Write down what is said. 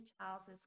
Charles's